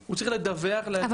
הוא צריך לדווח --- אבל,